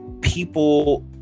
People